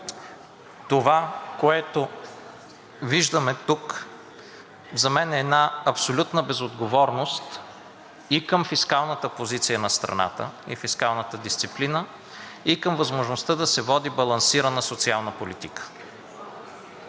това, което виждаме тук, за мен е една абсолютна безотговорност и към фискалната позиция на страната, и към фискалната дисциплина, и към възможността да се води балансирана социална политика.